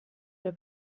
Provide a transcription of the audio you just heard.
era